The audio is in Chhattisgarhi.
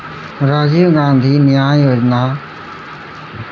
राजीव गांधी न्याय योजनाए योजना के पइसा ह घलौ किसान मन के खाता म बेरा म आ जाथे